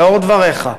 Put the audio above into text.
לאור דבריך,